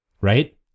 Right